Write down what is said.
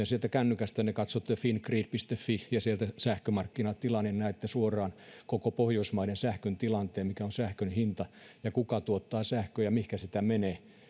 sieltä kännykästänne katsotte fingrid fi ja sieltä sähkömarkkinatilaa niin näette suoraan koko pohjoismaiden sähkön tilanteen mikä on sähkön hinta ja kuka tuottaa sähköä ja mihinkä sitä menee